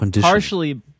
partially